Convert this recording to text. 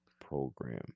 program